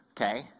Okay